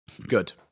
good